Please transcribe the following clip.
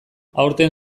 aurten